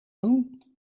doen